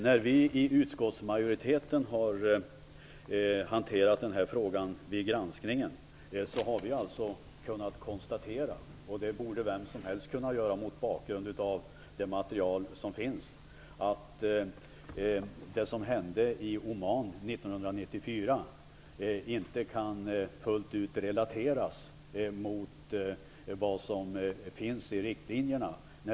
När vi i utskottsmajoriteten hanterade frågan vid granskningen konstaterade vi - och det borde vem som helst kunna göra mot bakgrund av det material som finns - att det som hände i Oman 1994 inte kan relateras fullt ut till det som ingår i riktlinjerna.